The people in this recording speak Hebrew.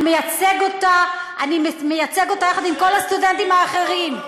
אני מייצג אותה יחד עם כל הסטודנטים האחרים?